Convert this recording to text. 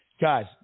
Guys